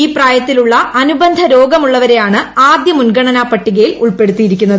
ഈ പ്രായത്തിലുള്ള അനുബന്ധരോഗമുള്ളവരെയാണ് ആദ്യ മുൻഗണനാ പട്ടികയിൽ ഉൾപ്പെടുത്തിയിരിക്കുന്നത്